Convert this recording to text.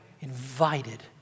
invited